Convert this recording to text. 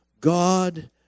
God